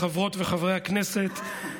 חברות וחברי הכנסת,